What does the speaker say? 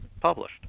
published